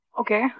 Okay